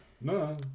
no